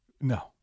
No